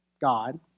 God